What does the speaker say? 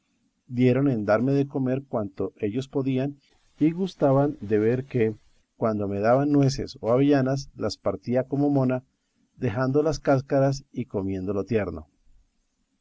dieron en darme de comer cuanto ellos podían y gustaban de ver que cuando me daban nueces o avellanas las partía como mona dejando las cáscaras y comiendo lo tierno